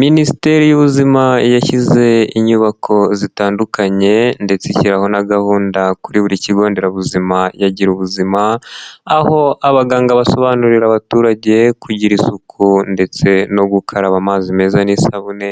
Minisiteri y'ubuzima yashyize inyubako zitandukanye ndetse ishyiraho na gahunda kuri buri kigo nderabuzima ya gira ubuzima, aho abaganga basobanurira abaturage kugira isuku ndetse no gukaraba amazi meza n'isabune,